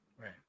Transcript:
Right